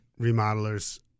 Remodelers